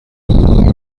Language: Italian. alla